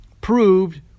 proved